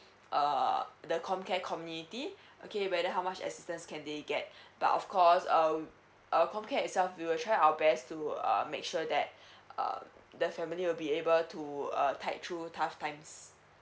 err the comcare community okay whether how much assistance can they get but of course uh uh comcare itself we will try our best to uh make sure that uh the family will be able to uh tide through tough times